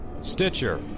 Stitcher